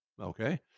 okay